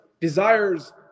desires